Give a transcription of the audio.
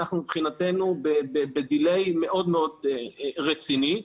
אנחנו מבחינתנו בדיליי מאוד מאוד רציני.